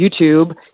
YouTube